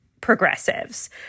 progressives